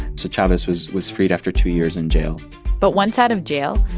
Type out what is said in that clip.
so chavez was was freed after two years in jail but once out of jail,